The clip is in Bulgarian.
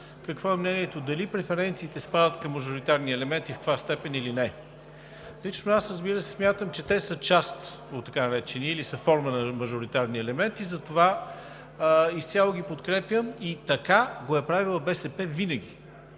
какво е мнението – дали преференциите спадат към мажоритарни елементи, в каква степен, или не. Лично аз смятам, че те са част или са форма на мажоритарни елементи, затова изцяло ги подкрепям. Така го е правила БСП винаги,